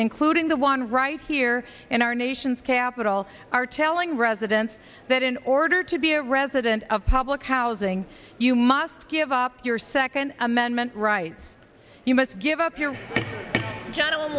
including the one right here in our nation's capital are telling residents that in order to be a resident of public housing you must give up your second amendment rights you must give up your general